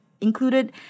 included